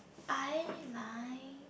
I like